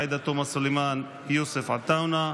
עאידה תומא סלימאן ויוסף עטאונה,